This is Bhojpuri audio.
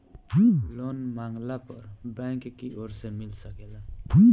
लोन मांगला पर बैंक कियोर से मिल सकेला